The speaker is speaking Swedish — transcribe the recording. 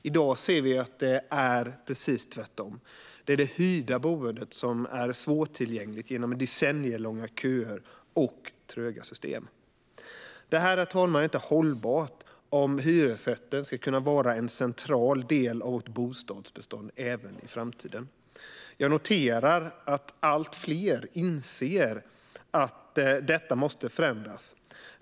I dag ser vi att det är precis tvärtom: Det är det hyrda boendet som är svårtillgängligt genom decennielånga köer och tröga system. Detta, herr talman, är inte hållbart om hyresrätten ska kunna vara en central del av vårt bostadsbestånd även i framtiden. Jag noterar att allt fler inser att detta måste förändras.